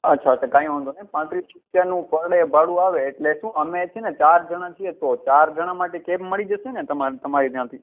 અચ્છા અચ્છા કાંઈ વાંધો નહીં પાંત્રીસ રૂપિયાનું પર ડે ભાડું આવે એટલે શું અમે છે ને ચાર જણા છીએ તો ચાર જણા માટે કેબ મળી જશે ને તમા તમારે ત્યાંથી